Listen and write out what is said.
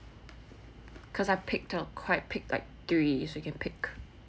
cause I picked up quite pick like three so you can pick